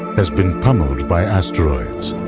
has been pummeled by asteroids.